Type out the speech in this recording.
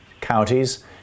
counties